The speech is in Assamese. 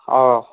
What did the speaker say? অঁ